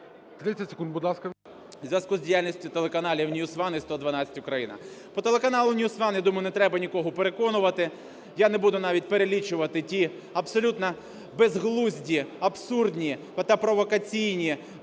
30 секунд. Будь ласка,